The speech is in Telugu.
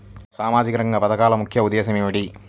సామాజిక రంగ పథకాల ముఖ్య ఉద్దేశం ఏమిటీ?